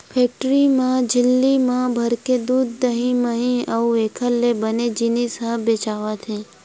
factory म झिल्ली म भराके दूद, दही, मही अउ एखर ले बने जिनिस ह बेचावत हे